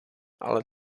ale